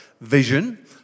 vision